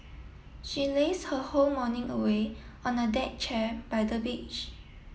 she laze her whole morning away on a deck chair by the beach